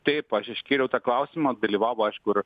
taip aš iškėliau tą klausimą dalyvavo aišku ir